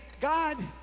God